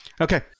Okay